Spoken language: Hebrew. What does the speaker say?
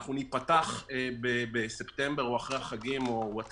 שאנחנו ניפתח רק בספטמבר או אחרי החגים או מתי